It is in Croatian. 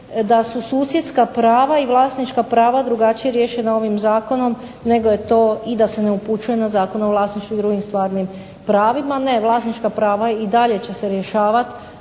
da su susjedska prava i vlasnička prava drugačije riješena ovim zakonom i da se ne upućuje na Zakon o vlasništvu i drugim stvarnim pravima. Ne. vlasnička prava i dalje će se rješavati